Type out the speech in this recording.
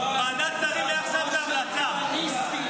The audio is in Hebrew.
אתה שיכור.